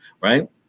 Right